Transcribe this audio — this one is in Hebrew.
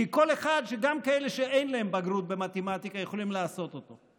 כי כל אחד גם כאלה שאין להם בגרות במתמטיקה יכולים לעשות אותו.